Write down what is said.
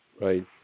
Right